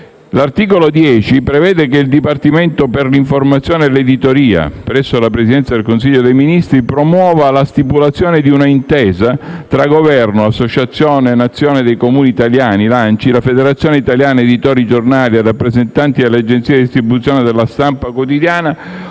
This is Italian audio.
L'articolo 10 prevede che il Dipartimento per l'informazione e l'editoria presso la Presidenza del Consiglio dei ministri promuova la stipulazione di una intesa tra Governo, Associazione nazionale dei Comuni italiani (l'ANCI), la Federazione italiana editori giornali e i rappresentanti delle agenzie di distribuzione della stampa quotidiana